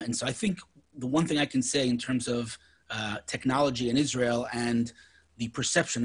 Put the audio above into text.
הם נהדרים, זה מה שהם עושים, הם עורכי דין,